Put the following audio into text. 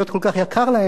כל כך יקר להן,